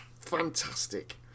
fantastic